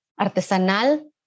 artesanal